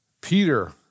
Peter